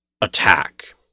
attack